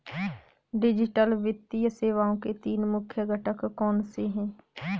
digital वित्तीय सेवाओं के तीन मुख्य घटक कौनसे हैं